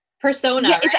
Persona